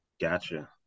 Gotcha